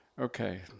Okay